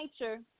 nature